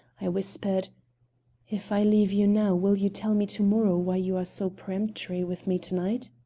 i whispered if i leave you now will you tell me to-morrow why you are so peremptory with me to-night?